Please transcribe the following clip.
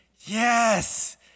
yes